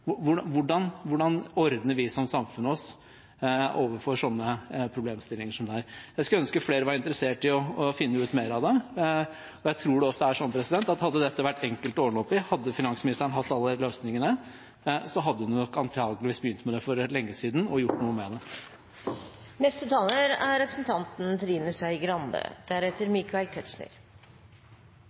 Hvordan ordner vi oss som samfunn overfor problemstillinger som dette? Jeg skulle ønske flere var interessert i å finne ut mer om det. Jeg tror det er sånn at hadde dette vært enkelt å ordne opp i, og hadde finansministeren hatt alle løsningene, hadde hun antakeligvis gjort noe med det for lenge siden. Det var egentlig representanten Knutsen som fikk meg til å ta ordet, for det